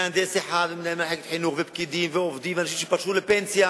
מהנדס אחד ומנהל מחלקת חינוך ופקידים ועובדים ואנשים שפרשו לפנסיה,